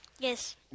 Yes